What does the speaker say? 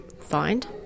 find